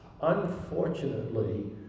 Unfortunately